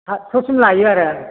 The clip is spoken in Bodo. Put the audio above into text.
आठस'सिम लायो आरो